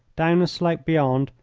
down a slope beyond,